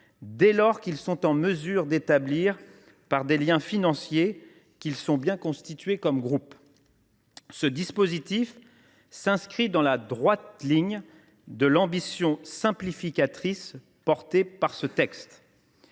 dès lors qu’ils sont en mesure d’établir par des liens financiers qu’ils sont bien constitués comme groupe. Ce dispositif s’inscrit dans la droite ligne de l’ambition simplificatrice des auteurs de ce texte.